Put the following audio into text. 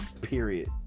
period